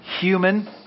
human